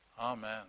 Amen